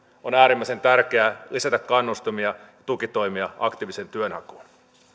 on äärimmäisen tärkeää lisätä kannustimia tukitoimia aktiiviseen työnhakuun